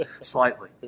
slightly